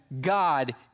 God